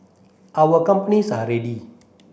all our companies are ready